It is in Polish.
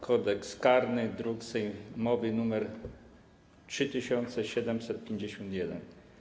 Kodeks karny, druk sejmowy nr 3751.